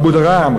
אבודרהם,